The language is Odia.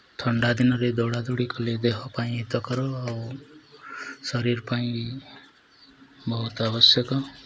ଥଣ୍ଡା ଦିନରେ ଦୌଡ଼ାଦୌଡ଼ି କଲେ ଦେହ ପାଇଁ ହିତକର ଆଉ ଶରୀର ପାଇଁ ବହୁତ ଆବଶ୍ୟକ